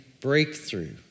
breakthrough